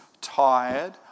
tired